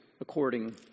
according